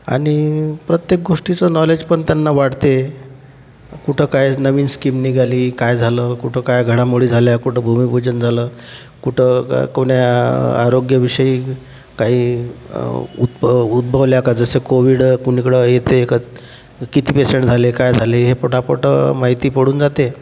आणि प्रत्येक गोष्टीचं नॉलेज पण त्यांना वाढते कुठं काय नवीन स्कीम निघाली काय झालं कुठं काय घडामोडी झाल्या कुठं भूमीपूजन झालं कुठं कोणी आरोग्याविषयी काही उद्भव उद्भवल्या का जसं कोविड कुणीकडे येतंय किती पेशंट झाले काय झाले हे पटापट माहिती पडून जाते